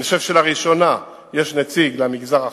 אני חושב שלראשונה יש נציג למגזר החרדי,